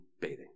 bathing